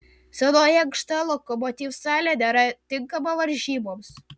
senoji ankšta lokomotiv salė nėra tinkama varžyboms